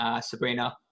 Sabrina